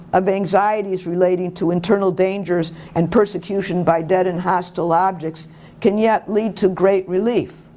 of anxieties relating to internal dangers and persecution by dead and hostile objects can yet lead to great relief.